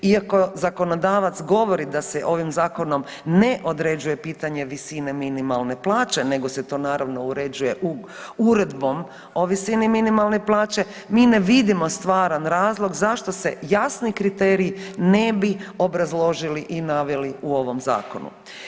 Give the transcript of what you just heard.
Iako zakonodavac govori da se ovim Zakonom ne određuje pitanje visine minimalne plaće, nego se to naravno uređuje uredbom o visini minimalne plaće, mi ne vidimo stvaran razlog zašto se jasni kriteriji ne bi obrazložili i naveli u ovom Zakonu.